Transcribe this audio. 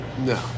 No